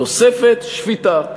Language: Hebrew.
תוספת שפיטה.